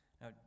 Now